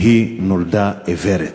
והיא נולדה עיוורת.